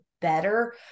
better